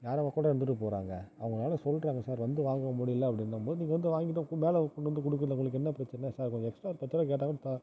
யாராக கூட இருந்துவிட்டு போகிறாங்க அவங்களால சொல்கிறாங்க சார் வந்து வாங்க முடியலை அப்படின்னும் போது நீங்கள் வந்து வாங்கிட்டு மேலே கொண்டு வந்து கொடுக்குறதுல உங்களுக்கு என்ன பிரச்சனை சார் கொஞ்சம் எக்ஸ்ட்ரா பத்துருபா கேட்டாங்கன்னா